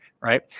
right